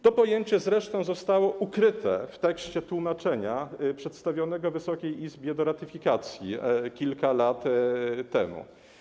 To pojęcie zresztą zostało ukryte w tekście tłumaczenia przedstawionego Wysokiej Izbie do ratyfikacji kilka lat temu.